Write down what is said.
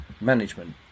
management